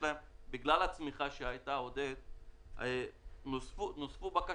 בגלל הצמיחה שהייתה נוספו בקשות,